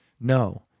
No